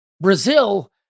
Brazil